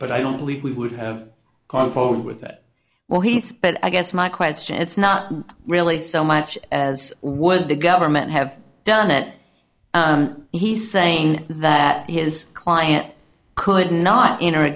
but i don't believe we would have confident with that well he's but i guess my question it's not really so much as what the government have done it he's saying that his client could not enter a